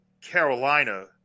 Carolina